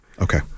Okay